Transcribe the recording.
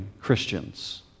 Christians